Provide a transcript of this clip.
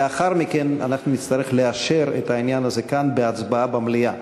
לאחר מכן אנחנו נצטרך לאשר את העניין הזה כאן בהצבעה במליאה.